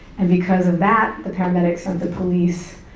and because of that, the paramedics sent the police,